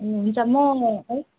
ए हुन्छ म